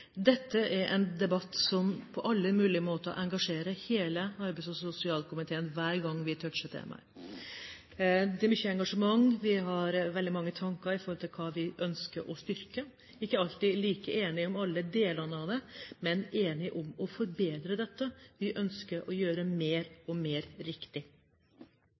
Dette er en debatt som på alle mulige måter engasjerer hele arbeids- og sosialkomiteen hver gang vi toucher temaet. Det er mye engasjement – vi har mange tanker i forhold til hva vi ønsker å styrke. Vi er ikke alltid like enige om alle delene av det, men enige om å forbedre dette. Vi ønsker å gjøre mer og mer riktig.